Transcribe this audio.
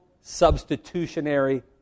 substitutionary